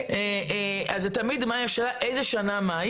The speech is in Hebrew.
אז השאלה היא מאי של איזו שנה.